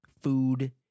food